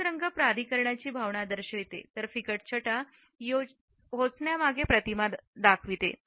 गडद रंग प्राधिकरणाची भावना दर्शविते तर फिकट छटा पोहोचण्यायोग्य प्रतिमा दाखवतात